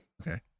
Okay